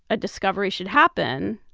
a discovery should happen.